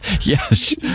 Yes